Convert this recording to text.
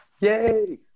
Yay